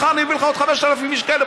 מחר אני מביא לך עוד 5,000 איש כאלה,